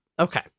Okay